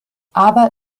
aber